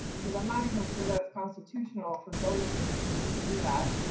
because i'm not even sure that's constitutional for voting purposes to do that,